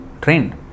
trained